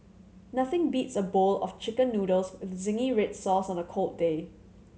nothing beats a bowl of Chicken Noodles with zingy red sauce on a cold day